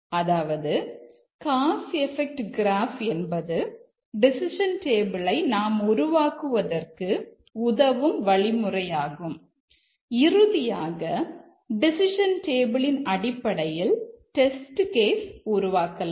அதாவது Gauss effect graph உருவாக்கலாம்